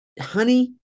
honey